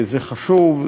זה חשוב.